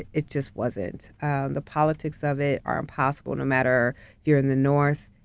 it it just wasn't. and the politics of it are impossible, no matter you're in the north,